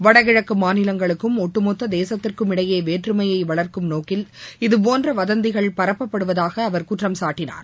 வடகிழக்கு மாநிலங்களுக்கும் ஒட்டுமொத்த தேசத்திற்கும் இடையே வேற்றுமையை வளர்க்கும் நோக்கில் இதுபோன்ற வதந்திகள் பரப்பப்பட்டதாகவும் அவர் குற்றம் சாட்டினார்